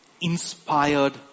inspired